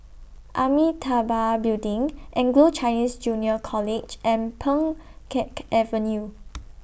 Amitabha Building Anglo Chinese Junior College and Pheng Geck Avenue